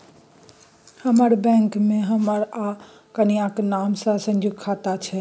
हमर बैंक मे हमर आ कनियाक नाम सँ संयुक्त खाता छै